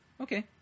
okay